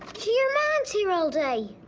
here here all day.